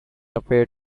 appeared